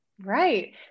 Right